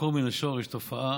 לעקור מן השורש תופעה